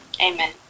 Amen